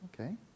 Okay